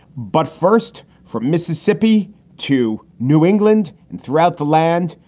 but first, from mississippi to new england and throughout the land,